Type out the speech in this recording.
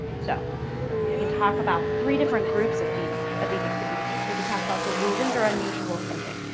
so we can talk about three different groups of these of these experiences we could talk about delusions or unusual thinking.